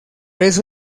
eso